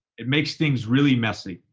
it makes things really messy.